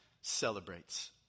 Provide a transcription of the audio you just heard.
celebrates